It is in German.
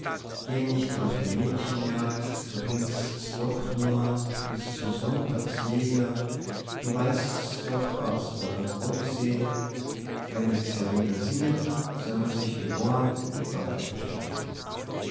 geh nicht auf die mädchenjagd du bringst's doch nur bis zum sonntagsjäger du weißt's doch aus der odyssee wenn die sirenen singen soll merr sich die ohren mit watte verstopfen